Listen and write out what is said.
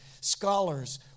scholars